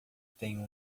tenho